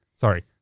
Sorry